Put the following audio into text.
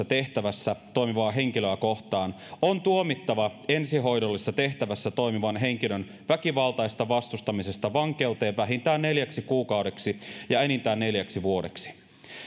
tehtävässä toimivaa henkilöä kohtaan on tuomittava ensihoidollisessa tehtävässä toimivan henkilön väkivaltaisesta vastustamisesta vankeuteen vähintään neljäksi kuukaudeksi ja enintään neljäksi vuodeksi